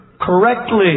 correctly